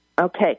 Okay